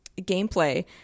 gameplay